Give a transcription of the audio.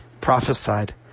prophesied